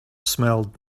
smelled